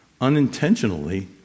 unintentionally